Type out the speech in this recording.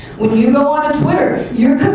when you go on twitter,